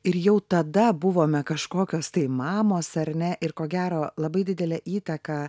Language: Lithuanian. ir jau tada buvome kažkokios tai mamos ar ne ir ko gero labai didelę įtaką